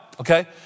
okay